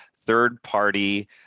third-party